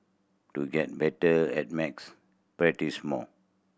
to get better at maths practise more